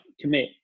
commit